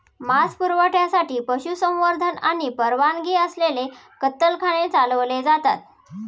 मांस पुरवठ्यासाठी पशुसंवर्धन आणि परवानगी असलेले कत्तलखाने चालवले जातात